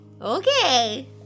Okay